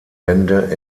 bände